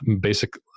basic